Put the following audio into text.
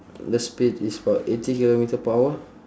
the speed is about eighty kilometre per hour